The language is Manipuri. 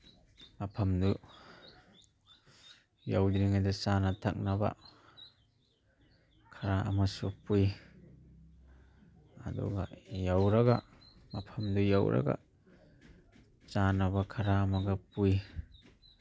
ꯃꯐꯝꯗꯨ ꯌꯧꯗ꯭ꯔꯤꯉꯥꯏꯗ ꯆꯥꯅ ꯊꯛꯅꯕ ꯈꯔ ꯑꯃꯁꯨ ꯄꯨꯏ ꯑꯗꯨꯒ ꯌꯧꯔꯒ ꯃꯐꯝꯗꯨ ꯌꯧꯔꯒ ꯆꯥꯅꯕ ꯈꯔ ꯑꯃꯒ ꯄꯨꯏ